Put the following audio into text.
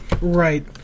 Right